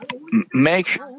make